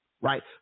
right